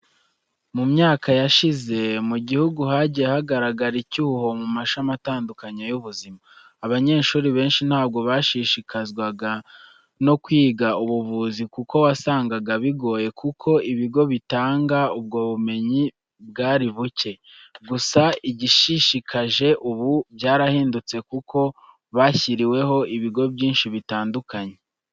Mu myaka yashize mu gihugu hagiye hagaragara icyuho mu mashami atandukanye y'ubuzima. Abanyeshuri benshi ntabwo bashishikazwa no kwiga ubuvuzi kuko wasangaga bigoye kuko ibigo bitanga ubwo bumenyi bwari buke. Gusa igishishikaje ubu byarahindutse kuko bashyiriweho ibigo byinshi bitandukanye.